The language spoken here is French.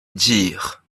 dire